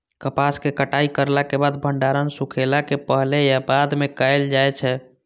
कपास के कटाई करला के बाद भंडारण सुखेला के पहले या बाद में कायल जाय छै?